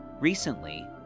Recently